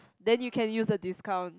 then you can use the discount